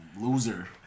loser